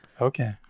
Okay